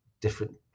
different